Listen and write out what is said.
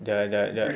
their their their